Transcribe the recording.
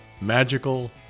magical